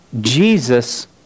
Jesus